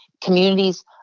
communities